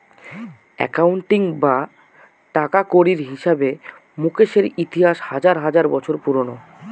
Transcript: accounting বা টাকাকড়ির হিসাবে মুকেশের ইতিহাস হাজার হাজার বছর পুরোনো